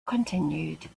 continued